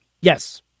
Yes